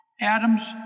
Adams